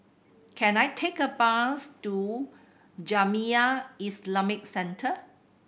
can I take a bus to Jamiyah Islamic Centre